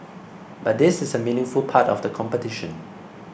but this is a meaningful part of the competition